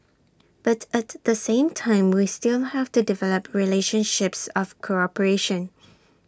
but at the same time we still have to develop relationships of cooperation